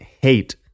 hate